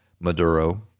Maduro